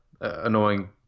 annoying